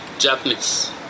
Japanese